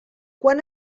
quan